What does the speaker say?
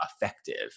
effective